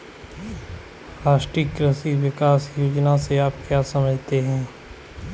राष्ट्रीय कृषि विकास योजना से आप क्या समझते हैं?